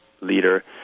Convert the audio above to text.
leader